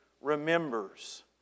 remembers